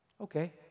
Okay